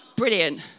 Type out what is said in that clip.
Brilliant